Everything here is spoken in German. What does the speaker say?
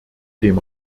dem